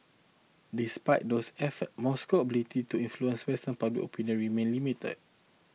despite these efforts Moscow's ability to influence western public opinion remains limited